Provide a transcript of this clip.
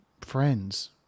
friends